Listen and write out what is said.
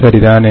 சரிதானே